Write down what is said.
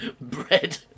Bread